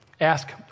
Ask